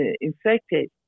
infected